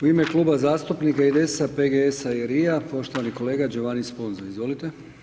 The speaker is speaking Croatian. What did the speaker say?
U ime Kluba zastupnika IDS-a, PGS-a i LRI-a, poštovani kolega Giovanni Sponza, izvolite.